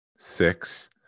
six